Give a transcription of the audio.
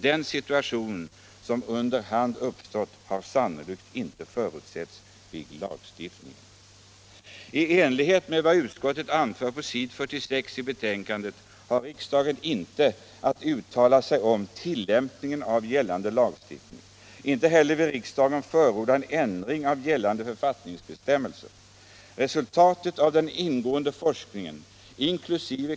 Den situation som under hand uppstått har sannolikt inte förutsetts vid lagstiftningen. I enlighet med vad socialutskottet anfört på s. 46 i betänkandet har riksdagen inte att uttala sig om tillämpningen av gällande lagstiftning. Inte heller vill riksdagen förorda en ändring av gällande författningsbestämmelser. Resultatet av den ingående forskning — inkl.